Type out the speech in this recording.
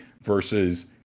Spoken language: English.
versus